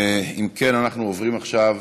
אם כן, אנחנו עוברים עכשיו